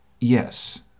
yes